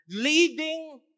leading